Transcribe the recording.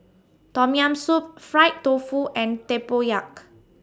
Tom Yam Soup Fried Tofu and Tempoyak